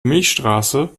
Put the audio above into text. milchstraße